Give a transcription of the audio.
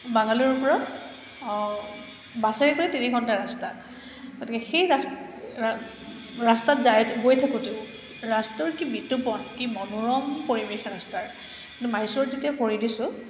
বাঙ্গালোৰৰপৰা বাছেৰে গৈ তিনি ঘণ্টা ৰাস্তা গতিকে সেই ৰাস্তাত যায় গৈ থাকোঁতেও ৰাস্তাও কি বিতুপন কি মনোৰম পৰিৱেশ ৰাস্তাৰ কিন্তু মাইছৰত যেতিয়া কৰি দিছোঁ